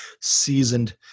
seasoned